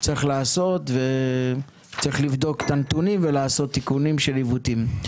צריך לעשות וצריך לבדוק את הנתונים ולעשות תיקונים של העיוותים,